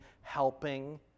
helping